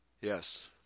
Yes